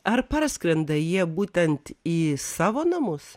ar praskrenda jie būtent į savo namus